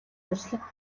дүрслэх